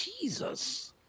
Jesus